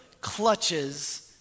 clutches